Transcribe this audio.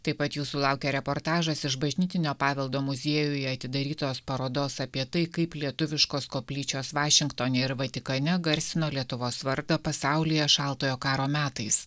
taip pat jūsų laukia reportažas iš bažnytinio paveldo muziejuje atidarytos parodos apie tai kaip lietuviškos koplyčios vašingtone ir vatikane garsino lietuvos vardą pasaulyje šaltojo karo metais